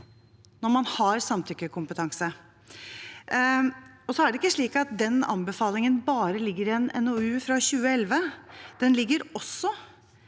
når man har samtykkekompetanse. Det er heller ikke slik at den anbefalingen bare ligger i en NOU fra 2011; den ligger også